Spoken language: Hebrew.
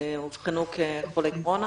אובחנו כחולי קורונה?